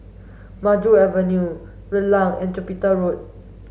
Maju Avenue Rulang and Jupiter Road